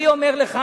אני אומר לך,